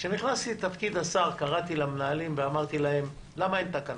כשנכנסתי לתפקיד השר קראתי למנהלים ואמרתי להם: למה אין תקנות?